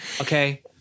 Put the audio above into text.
Okay